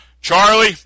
charlie